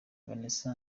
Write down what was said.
vanessa